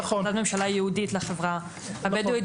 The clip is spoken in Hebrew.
היא החלטת ממשלה ייעודית לחברה הבדואית.